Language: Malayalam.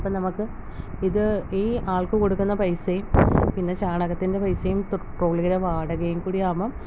ഇപ്പം നമുക്ക് ഇത് ഈ ആൾക്ക് കൊടുക്കുന്ന പൈസയും പിന്നെ ചാണകത്തിൻ്റെ പൈസയും ഇപ്പം ട്രോളിയുടെ വാടകയും കൂടി ആകുമ്പം